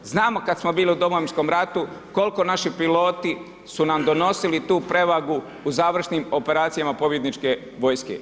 Znamo kada smo bili u Domovinskom ratu koliko naši piloti su nam donosili tu prevagu u završnim operacijama pobjedničke vojske.